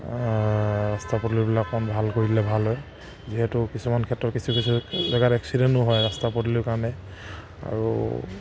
ৰাস্তা পদূলিবিলাক অকমান ভাল কৰি দিলে ভাল হয় যিহেতু কিছুমান ক্ষেত্ৰত কিছু কিছু জেগাত এক্সিডেণ্টো হয় ৰাস্তা পদূলিৰ কাৰণে আৰু